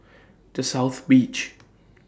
The South Beach